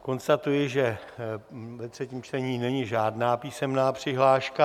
Konstatuji, že ve třetím čtení není žádná písemná přihláška.